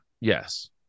Yes